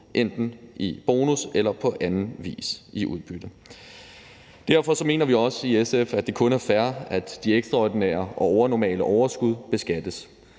enten i bonus eller i udbytte på anden vis. Derfor mener vi også i SF, at det kun er fair, at de ekstraordinære, overnormale overskud beskattes.